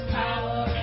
power